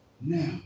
Now